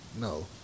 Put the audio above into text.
no